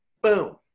Boom